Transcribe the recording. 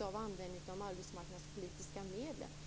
av användningen av de arbetsmarknadspolitiska medlen.